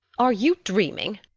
are you dreaming?